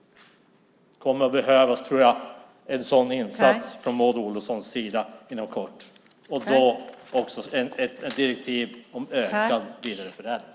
Jag tror att det kommer att behövas en sådan insats från Maud Olofssons sida inom kort och då också ett direktiv om ökad vidareförädling.